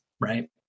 right